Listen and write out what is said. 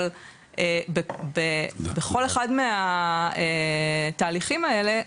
אבל בכל אחד מהתהליכים האלה,